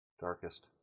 darkest